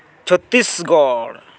Chhattisgarh